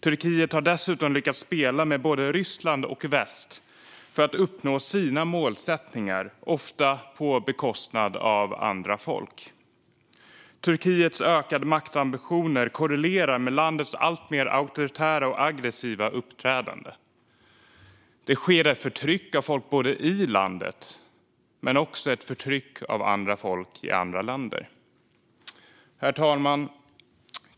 Turkiet har dessutom lyckats spela med både Ryssland och väst för att uppnå sina målsättningar, ofta på bekostnad av andra folk. Turkiets ökade maktambitioner korrelerar med landets alltmer auktoritära och aggressiva uppträdande. Det sker ett förtryck av folk i landet men också ett förtryck av andra folk i andra länder. Herr talman!